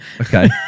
okay